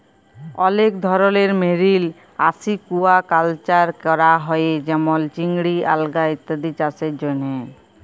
অলেক ধরলের marine aquaculture ক্যরা হ্যয়ে যেমল চিংড়ি, আলগা ইত্যাদি চাসের জন্হে